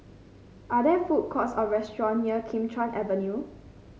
are there food courts or restaurant near Kim Chuan Avenue